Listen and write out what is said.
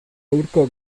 hurko